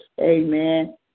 amen